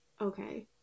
Okay